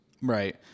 Right